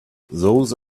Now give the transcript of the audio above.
those